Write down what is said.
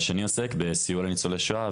והשני עוסק בסיוע לניצולי שואה,